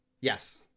Yes